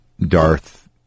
Darth